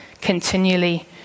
continually